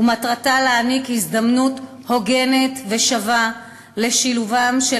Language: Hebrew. ומטרתה להעניק הזדמנות הוגנת ושווה לשילובם של